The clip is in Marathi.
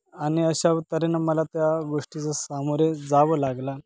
आणि अशा तऱ्हेनं मला त्या गोष्टीचा सामोरे जावं लागला